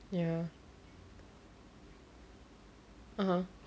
ya (uh huh)